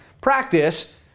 practice